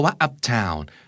uptown